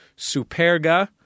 superga